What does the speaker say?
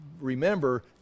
remember